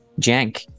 jank